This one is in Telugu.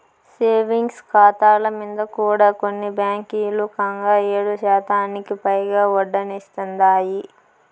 సేవింగ్స్ కాతాల మింద కూడా కొన్ని బాంకీలు కంగా ఏడుశాతానికి పైగా ఒడ్డనిస్తాందాయి